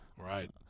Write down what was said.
Right